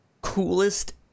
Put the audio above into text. coolest